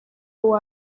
uwo